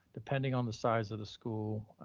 depending on the size of the school,